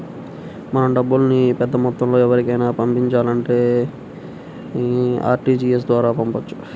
మనం డబ్బుల్ని పెద్దమొత్తంలో ఎవరికైనా పంపించాలంటే ఆర్టీజీయస్ ద్వారా పంపొచ్చు